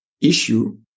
issue